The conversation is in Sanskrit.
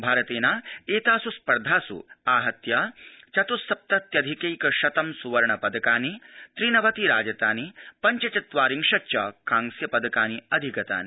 भारतेन एतास् स्पर्धासु आहत्य चतुस्सप्तत्यधिकैक शतं सुवर्णपदकानि त्रनवति राजतानि पञ्चचत्वारिशच्च कांस्यानि पदकानि अधिगतानि